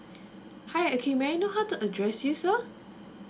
hi okay may I know how to address you sir